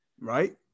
Right